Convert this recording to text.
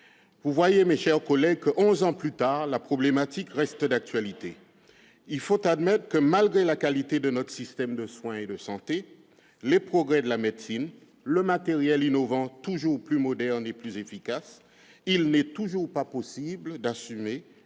d'aidant. » Mes chers collègues, vous le voyez, onze ans plus tard, la problématique reste d'actualité. Il faut bien l'admettre : malgré la qualité de notre système de soins et de santé, les progrès de la médecine, le matériel innovant toujours plus moderne et plus efficace, il n'est toujours pas possible d'assurer